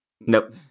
Nope